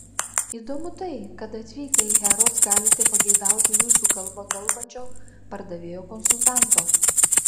įdomu tai kad atvykę į harrods galite pageidauti jūsų kalba kalbančio pardavėjo konsultanto